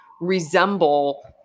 resemble